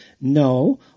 No